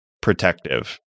protective